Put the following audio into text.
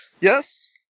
Yes